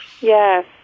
Yes